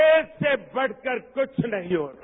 देश से बढकर कुछ नहीं होता